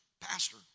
pastor